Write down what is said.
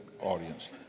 audience